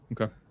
okay